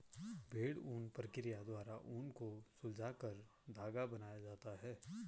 भेड़ ऊन प्रक्रिया द्वारा ऊन को सुलझाकर धागा बनाया जाता है